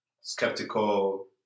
skeptical